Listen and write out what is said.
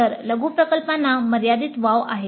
तर लघु प्रकल्पांना मर्यादित वाव आहे